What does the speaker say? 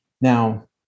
Now